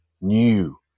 new